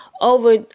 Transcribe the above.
over